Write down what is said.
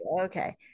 okay